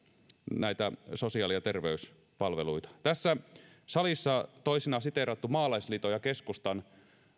näitä sosiaali ja terveyspalveluita tässä salissa toisinaan siteerattu maalaisliiton ja keskustan